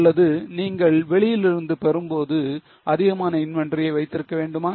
அல்லது நீங்கள் வெளியிலிருந்து பெறும்போது அதிகமான inventory யை வைத்திருக்க வேண்டுமா